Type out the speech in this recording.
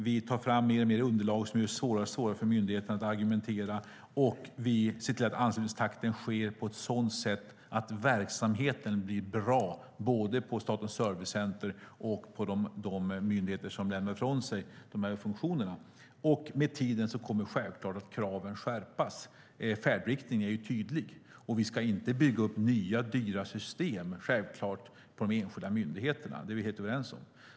Vi tar fram alltmer underlag som gör det allt svårare för myndigheterna att argumentera. Vi ser till att anställningstakten sker på ett sådant sätt att verksamheten blir bra både på Statens servicecenter och på de myndigheter som lämnar ifrån sig de funktionerna. Med tiden kommer självklart kraven att skärpas. Färdriktningen är tydlig. Vi ska självklart inte bygga upp nya dyra system på de enskilda myndigheterna. Det är vi helt överens om.